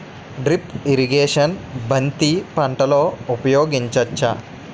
Drip irrigation బంతి పంటలో ఊపయోగించచ్చ?